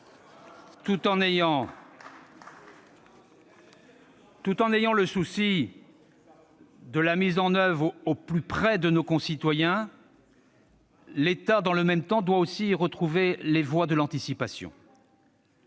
Tout en ayant le souci de la mise en oeuvre au plus près de nos concitoyens, l'État, dans le même temps, doit retrouver les voies de l'anticipation.